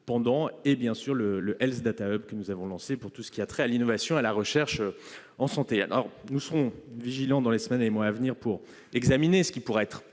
pendant, et, bien sûr, le Health Data Hub que nous avons lancé pour tout ce qui a trait à l'innovation et à la recherche en santé. Nous serons vigilants au cours des semaines et des mois à venir pour examiner ce qui pourra être